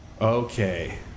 Okay